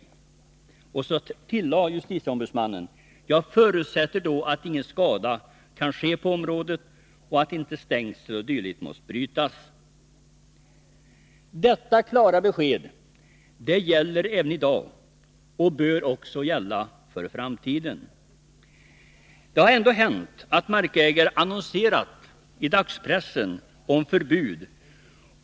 Jag förutsätter då att ingen skada kan ske på området och att inte stängsel 0. d. måste brytas. Detta klara besked gäller även i dag och bör också gälla för framtiden. Det har ändå hänt att markägare annonserat i dagspressen om förbud.